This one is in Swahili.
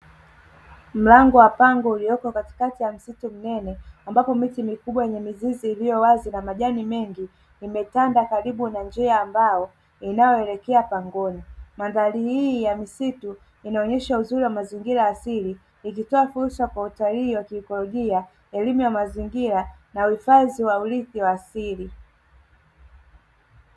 Mlango wa pango katika msitu mnene, ambapo miti mikubwa yenye mizizi iliyo wazi na majani mengi imetanda karibu na njia ambayo inayoelekea pangoni. Mandhari hii ya misitu inaonyesha uzuri wa mazingira asili, ikitoa fursa kwa utalii wa kiikolojia, elimu ya mazingira na uhifadhi wa urithi wa asili.